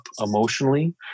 emotionally